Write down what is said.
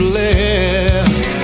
left